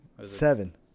seven